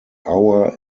hour